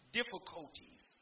difficulties